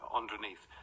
underneath